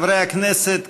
חברי הכנסת,